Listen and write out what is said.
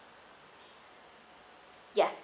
ya